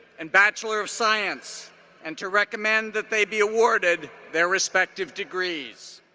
and bachelor of science and to recommend that they be awarded their respective degrees.